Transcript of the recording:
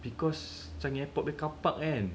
because changi airport punya car park kan